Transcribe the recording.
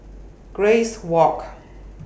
Grace Walk